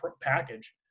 package